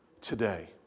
today